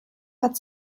hat